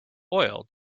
oil